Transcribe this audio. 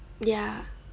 ya